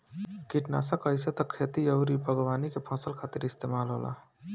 किटनासक आइसे त खेती अउरी बागवानी के फसल खातिर इस्तेमाल होला